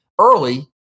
early